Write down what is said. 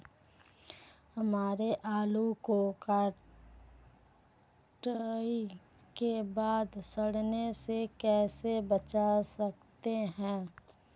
हम आलू को कटाई के बाद सड़ने से कैसे बचा सकते हैं?